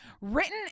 written